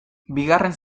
bigarren